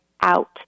out